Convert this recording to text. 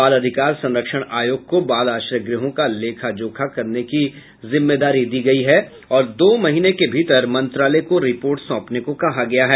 बाल अधिकार संरक्षण आयोग को बाल आश्रय गृहों का लेखा जोखा करने की जिम्मेदारी दी गयी है और दो महीने के भीतर मंत्रालय को रिपोर्ट सौंपने को कहा गया है